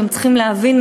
אתם צריכים להבין,